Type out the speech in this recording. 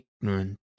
ignorant